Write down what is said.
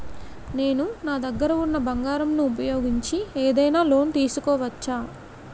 నేను నా దగ్గర ఉన్న బంగారం ను ఉపయోగించి ఏదైనా లోన్ తీసుకోవచ్చా?